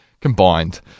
combined